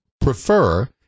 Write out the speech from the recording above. prefer